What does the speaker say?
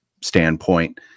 standpoint